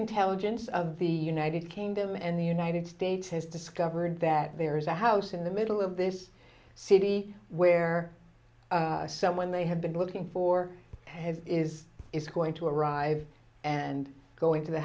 intelligence of the united kingdom and the united states has discovered that there is a house in the middle of this city where someone they have been looking for is is going to arrive and going to the